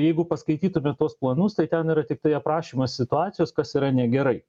jeigu paskaitytume tuos planus tai ten yra tiktai aprašymas situacijos kas yra negerai